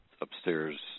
upstairs